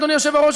אדוני היושב-ראש,